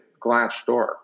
Glassdoor